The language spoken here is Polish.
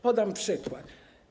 Podam przykład.